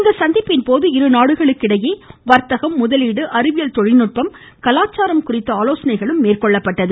இந்த சந்திப்பின்போது இருநாடுகளிடையே வர்த்தகம் முதலீடு அறிவியல் தொழில் நுட்பம் கலாச்சாரம் குறித்து ஆலோசனை மேற்கொள்ளப்பட்டது